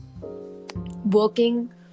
working